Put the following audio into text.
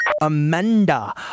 Amanda